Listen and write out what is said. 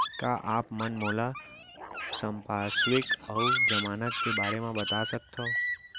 का आप मन मोला संपार्श्र्विक अऊ जमानत के बारे म बता सकथव?